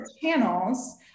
Channels